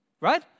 Right